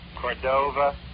Cordova